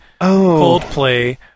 Coldplay